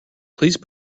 please